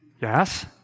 Yes